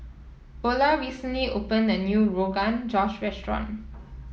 Ola recently opened a new Rogan Josh restaurant